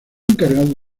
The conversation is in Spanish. encargado